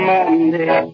Monday